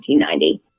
1990